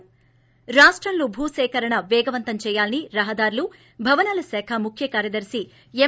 ి రాష్టంలో భూ సేకరణను పేగవంతం చేయాలని రహదారులు భవనాల శాఖ ముఖ్య కార్యదర్ని ఎం